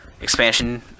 expansion